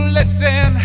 listen